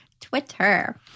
Twitter